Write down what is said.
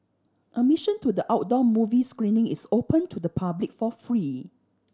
admission to the outdoor movie screening is open to the public for free